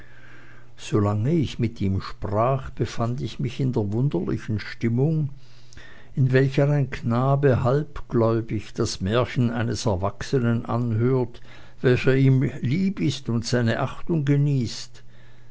ich mit ihm sprach befand ich mich in der wunderlichen stimmung in welcher ein knabe halbgläubig das märchen eines erwachsenen anhört welcher ihm lieb ist und seiner achtung genießt